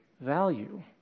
value